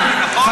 שיש דברים בגו.